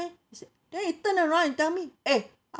then he turned around and tell me eh